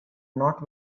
not